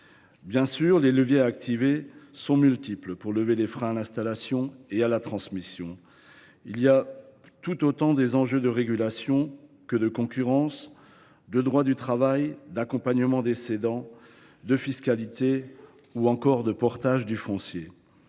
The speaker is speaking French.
Bien sûr, les leviers à actionner sont multiples pour lever les freins à l’installation et à la transmission : il y a des enjeux tout autant de régulation que de concurrence, de droit du travail, d’accompagnement des cédants, de fiscalité ou encore de portage du foncier.